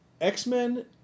X-Men